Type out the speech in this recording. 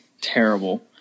terrible